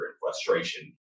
frustration